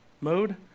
mode